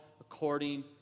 according